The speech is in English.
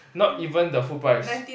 not even the full price